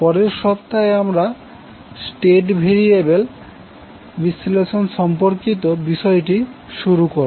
পরের সপ্তাহে আমরা স্টেট ভেরিয়েবল বিশ্লেষণ সম্পর্কিত বিষয়টি শুরু করব